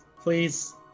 please